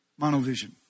monovision